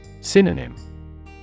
Synonym